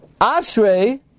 Ashrei